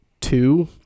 two